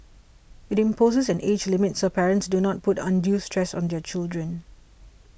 it imposes an age limit so parents do not put undue stress on their children